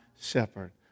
shepherd